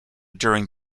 during